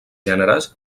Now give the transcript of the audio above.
gèneres